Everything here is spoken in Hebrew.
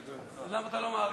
אז למה אתה לא מאריך?